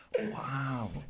wow